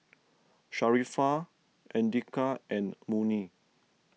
Sharifah andika and Murni